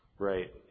Right